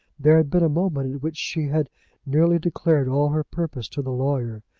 there had been a moment in which she had nearly declared all her purpose to the lawyer,